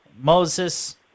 moses